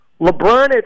lebron